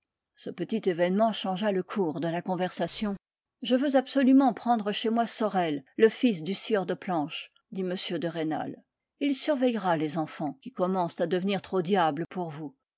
ce petit événement changea le cours de la conversation je veux absolument prendre chez moi sorel le fils du scieur de planches dit m de rênal il surveillera les enfants qui commencent à devenir trop diables pour nous